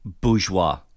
bourgeois